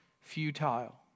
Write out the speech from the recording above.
Futile